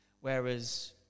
Whereas